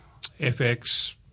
FX